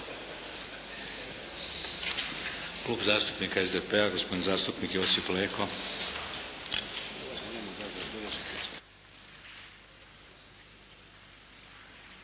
Klub zastupnika SDP-a, gospodin zastupnik Josip Leko.